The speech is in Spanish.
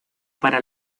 para